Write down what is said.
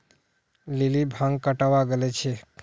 lily भांग कटावा गले छे